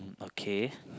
okay